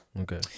Okay